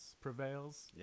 Prevails